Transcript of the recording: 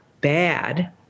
bad